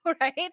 Right